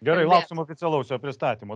gerai lauksim oficialaus jo pristatymo